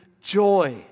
joy